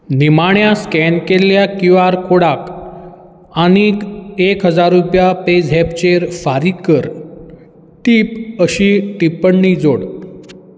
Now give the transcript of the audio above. निमाण्या स्कॅन केल्ल्या Q R कोडाक आनीक एक हजार रुपया पेझॅपचेर फारीक कर टीप अशी टिप्पणी जोड